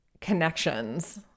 connections